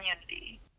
community